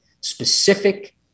specific